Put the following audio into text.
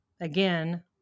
Again